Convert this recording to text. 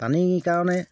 পানীৰ কাৰণে